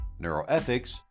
neuroethics